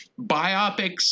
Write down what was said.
biopics